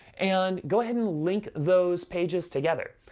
and go ahead and link those pages together.